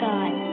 God